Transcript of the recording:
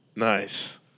Nice